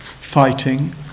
fighting